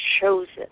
chosen